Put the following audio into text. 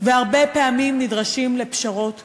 והרבה פעמים נדרשים לפשרות קשות.